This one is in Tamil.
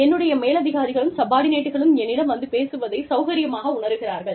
என்னுடைய மேலதிகாரிகளும் சப்பார்டினேட்களும் என்னிடம் வந்து பேசுவதைச் சௌகரியமாக உணருகிறார்கள்